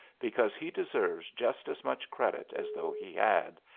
because he deserves just as much credit as though he had,